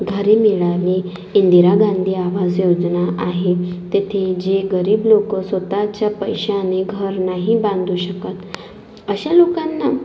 घरे मिळाली इंदिरा गांधी आवास योजना आहे तिथे जे गरीब लोकं स्वत च्या पैशाने घर नाही बांधू शकत अशा लोकांना